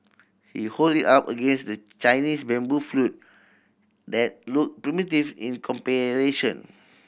he hold it up against the Chinese bamboo flute that look primitive in comparison